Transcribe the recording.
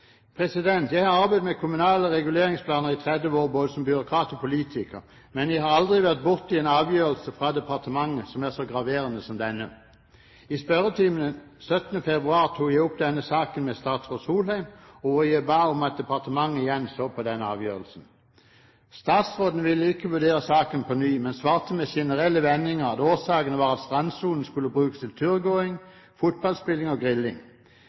Jeg har arbeidet med kommunale reguleringsplaner i 30 år både som byråkrat og politiker, men jeg har aldri vært borti en avgjørelse fra departementet som er så graverende som denne. I spørretimen den 17. februar tok jeg opp denne saken med statsråd Solheim, hvor jeg ba om at departementet igjen så på denne avgjørelsen. Statsråden ville ikke vurdere saken på nytt, men svarte i generelle vendinger at årsaken var at strandsonen skulle brukes til turgåing, fotballspilling og grilling.